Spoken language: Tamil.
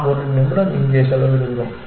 நாம் ஒரு நிமிடம் இங்கே செலவிடுவோம்